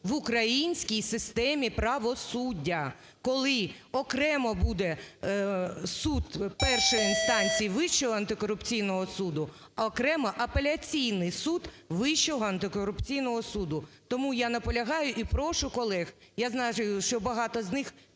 в українській системі правосуддя. Коли окремо буде суд першої інстанції Вищого антикорупційного суду, а окремо Апеляційний суд Вищого антикорупційного суду. Тому я наполягаю і прошу колег, я знаю, що багато з них